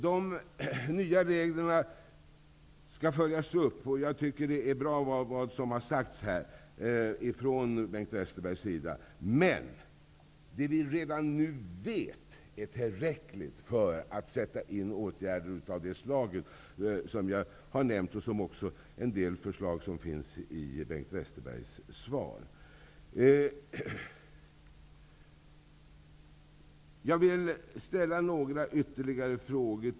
De nya reglerna skall följas upp, och jag tycker att det som Bengt Westerberg här har sagt är bra. Men det vi redan nu vet är tillräckligt för att sätta in åtgärder av det slag jag har nämnt, och det gäller också en del förslag i Bengt Westerbergs svar.